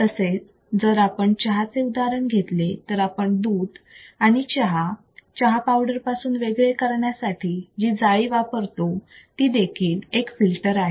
तसेच जर आपण चहाचे उदाहरण घेतले तर आपण दूध आणि चहा चहापावडर पासून वेगळे करण्यासाठी जी जाळी वापरतो तीदेखील एक फिल्टर आहे